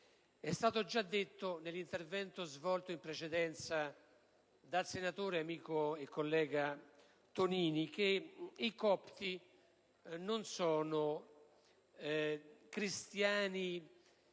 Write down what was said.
È stato già detto nell'intervento svolto in precedenza dal senatore, amico e collega Tonini, che i copti non sono cristiani